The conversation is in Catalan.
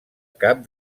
cap